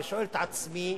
ושואל את עצמי: